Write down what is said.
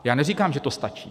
Já neříkám, že to stačí.